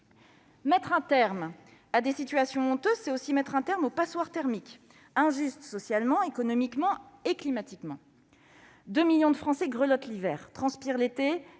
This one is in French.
Mettre un terme à des situations honteuses, c'est aussi mettre un terme aux passoires thermiques injustes socialement, économiquement et climatiquement : 2 millions de Français grelottent l'hiver, transpirent l'été